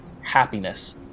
happiness